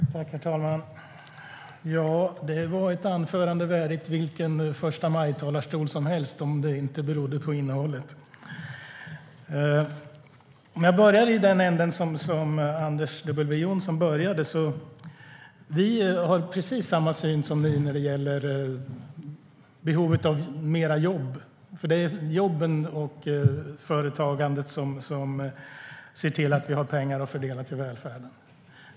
Herr talman! Det var ett anförande värdigt vilken förstamajtalarstol som helst, om det inte berodde på innehållet. Jag börjar i den ände som Anders W Jonsson började. Vi har precis samma syn som ni när det gäller behovet av mer jobb, för det är jobben och företagandet som ser till att vi får pengar att fördela till välfärden.